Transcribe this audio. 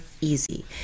easy